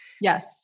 Yes